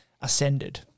ascended